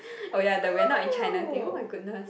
oh ya the we are not in China thing !oh my goodness!